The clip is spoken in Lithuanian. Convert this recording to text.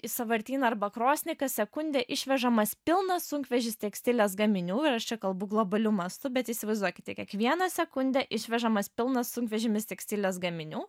į sąvartyną arba krosnį kas sekundę išvežamas pilnas sunkvežis tekstilės gaminių ir aš čia kalbu globaliu mastu bet įsivaizduokite kiekvieną sekundę išvežamas pilnas sunkvežimis tekstilės gaminių